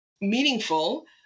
meaningful